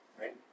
right